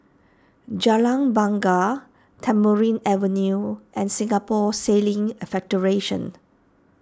Jalan Bungar Tamarind Avenue and Singapore Sailing Federation